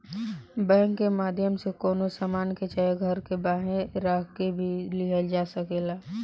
bank के माध्यम से कवनो सामान के चाहे घर के बांहे राख के भी लिहल जा सकेला